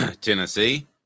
Tennessee